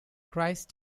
christ